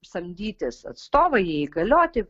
samdytis atstovą jį įgalioti